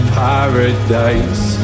paradise